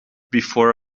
before